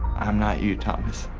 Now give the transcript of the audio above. i'm not you, thomas.